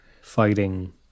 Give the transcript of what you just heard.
fighting